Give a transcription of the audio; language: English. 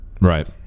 Right